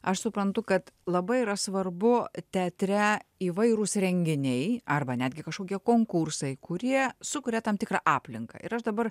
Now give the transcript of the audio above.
aš suprantu kad labai yra svarbu teatre įvairūs renginiai arba netgi kažkokie konkursai kurie sukuria tam tikrą aplinką ir aš dabar